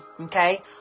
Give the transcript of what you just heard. Okay